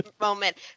moment